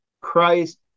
Christ